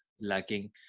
lacking